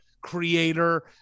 creator